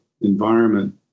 environment